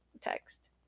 text